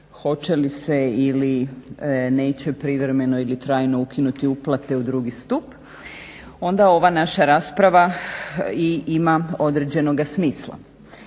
hoće li se ili neće privremeno ili trajno ukinuti uplate u drugi stup onda ova naša rasprava i ima određenoga smisla.